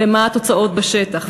ומה התוצאות בשטח,